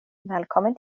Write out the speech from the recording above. välkommen